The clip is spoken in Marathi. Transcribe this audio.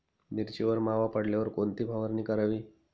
मिरचीवर मावा पडल्यावर कोणती फवारणी करावी?